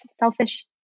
selfish